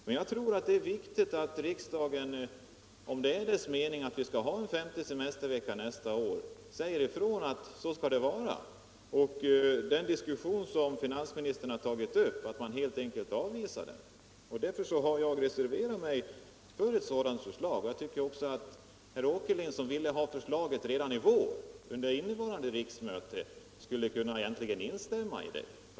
Men jag tror att det är viktigt att riksdagen — om det är dess mening att man skall ha en femte semestervecka nästa år — säger ifrån att så skall det vara och att man helt avvisar den diskussion som finansministern har tagit upp. Därför har jag reserverat mig för ett sådant förslag. Jag tycker också att herr Åkerlind äntligen skulle kunna instämma i det.